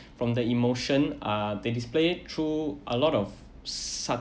from the emotion uh they display through a lot of subtle